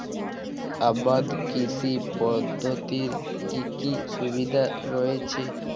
আবাদ কৃষি পদ্ধতির কি কি সুবিধা রয়েছে?